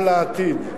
גם לעתיד.